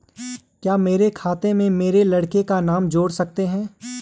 क्या मेरे खाते में मेरे लड़के का नाम जोड़ सकते हैं?